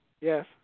Yes